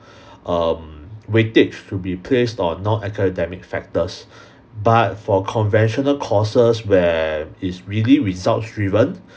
um weightage to be placed on non-academic factors but for conventional courses where it's really results driven